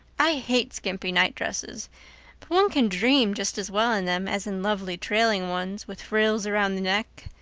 i hate skimpy night-dresses. but one can dream just as well in them as in lovely trailing ones, with frills around the neck,